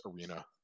arena